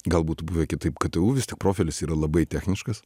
gal būtų buvę kitaip ktu vis tik profilis yra labai techniškas